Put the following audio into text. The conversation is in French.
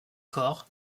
corps